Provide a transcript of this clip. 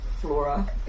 Flora